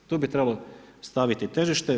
Tu bi trebalo staviti težište.